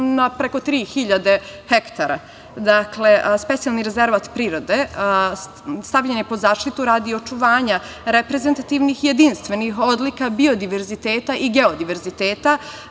Na preko 3.000 hektara specijalni rezervat prirode stavljen je pod zaštitu radi očuvanja reprezentativnih i jedinstvenih odlika biodiverziteta i geodiverziteta.